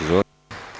Izvolite.